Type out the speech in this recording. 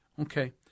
Okay